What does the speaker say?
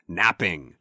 napping